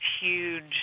huge